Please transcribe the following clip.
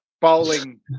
bowling